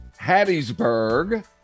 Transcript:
Hattiesburg